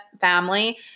family